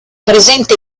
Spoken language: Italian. presente